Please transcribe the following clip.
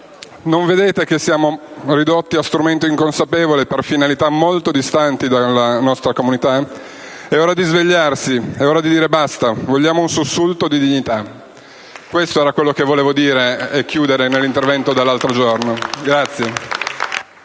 Non vedete che siamo ridotti a strumento inconsapevole per finalità molto distanti dalla nostra comunità? È ora di svegliarsi! È ora di dire basta! Vogliamo un sussulto di dignità!» Questo era quello che volevo dire per concludere l'intervento dell'altro giorno.